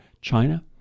China